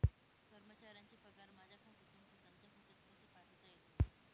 कर्मचाऱ्यांचे पगार माझ्या खात्यातून त्यांच्या खात्यात कसे पाठवता येतील?